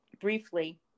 briefly